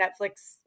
Netflix